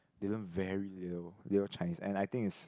they learn very little little Chinese and I think it's